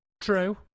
True